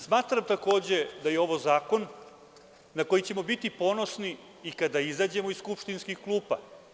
Smatram takođe da je ovo zakon na koji ćemo biti ponosni i kada izađemo iz skupštinskih klupa.